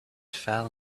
fell